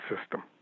system